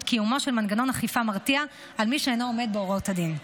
קיומו של מנגנון אכיפה מרתיע על מי שאינו עומד בהוראות הדין.